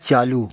चालू